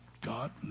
God